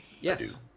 Yes